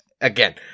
again